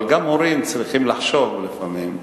אבל גם הורים צריכים לחשוב לפעמים,